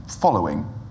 following